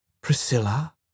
Priscilla